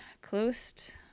closed